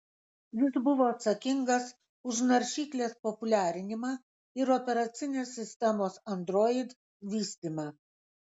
jis buvo atsakingas už naršyklės populiarinimą ir operacinės sistemos android vystymą